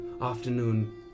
afternoon